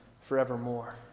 forevermore